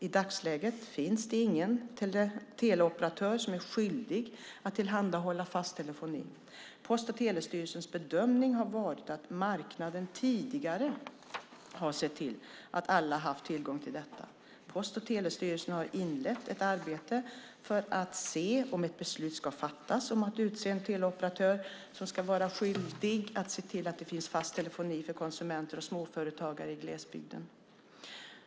I dagsläget finns det ingen teleoperatör som är skyldig att tillhandahålla fast telefoni. Post och telestyrelsens bedömning har varit att marknaden tidigare har sett till att alla haft tillgång till detta. Post och telestyrelsen har inlett ett arbete för att se om ett beslut ska fattas om att utse en teleoperatör som ska vara skyldig att se till att det finns fast telefoni för konsumenter och småföretagare i glesbygden.